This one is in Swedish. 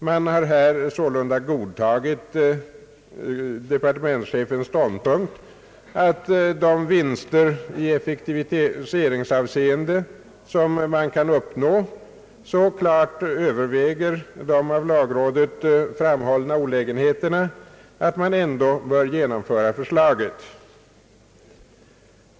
Man har här sålunda godtagit departementschefens ståndpunkt att de vinster i effektiviseringsavseende, som man kan uppnå, så klart överväger de av lagrådet framhållna olägenheterna att man ändå bör genomföra förslaget.